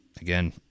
Again